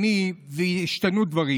ואז יש להם מפעלים,